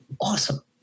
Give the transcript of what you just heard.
awesome